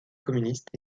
communiste